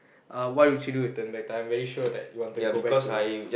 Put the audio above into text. uh what would you do if turn back time very sure that you want to go back to